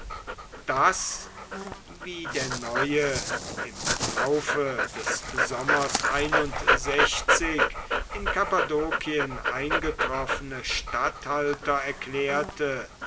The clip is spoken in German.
das wie der neue im laufe des sommers in kappadokien eingetroffene statthalter erklärte